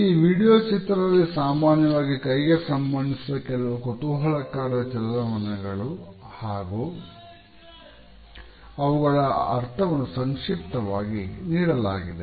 ಈ ವಿಡಿಯೋ ಚಿತ್ರದಲ್ಲಿ ಸಾಮಾನ್ಯವಾಗಿ ಕೈಗೆ ಸಂಬಂಧಿಸಿದ ಕೆಲವು ಕುತೂಹಲಕಾರಿಯಾದ ಚಲನವಲನಗಳು ಹಾಗೂ ಅವುಗಳ ಅರ್ಥವನ್ನು ಸಂಕ್ಷಿಪ್ತವಾಗಿ ನೀಡಲಾಗಿದೆ